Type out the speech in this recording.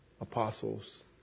Apostles